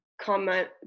comment